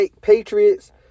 Patriots